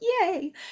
yay